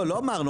לא לא אמרנו,